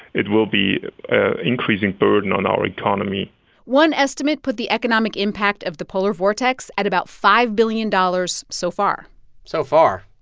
it will be an increasing burden on our economy one estimate put the economic impact of the polar vortex at about five billion dollars so far so far?